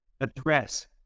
address